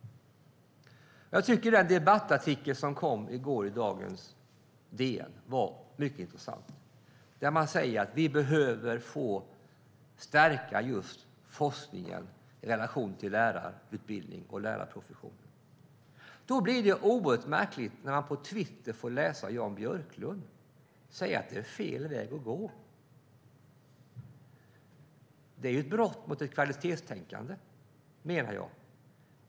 Därför tycker jag att den debattartikel som kom i går i Dagens Nyheter var mycket intressant. Där säger man att vi behöver stärka just forskningen i relation till lärarutbildning och lärarprofession. Då blir det oerhört märkligt när Jan Björklund säger på Twitter att det är fel väg att gå. Det är ju ett brott mot kvalitetstänkandet, menar jag.